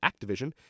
Activision